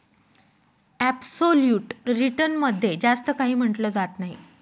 absolute return मध्ये जास्त काही म्हटलं जात नाही